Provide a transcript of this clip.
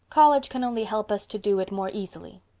college can only help us to do it more easily.